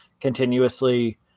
continuously